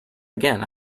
again